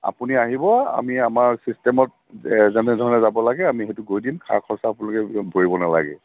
আপুনি আহিব আমি আমাৰ চিষ্টেমত যেনেধৰণে যাব লাগে আমি সেইটো কৰি দিম খা খৰচাবোৰ আপোনালোকে ভৰিব নালাগে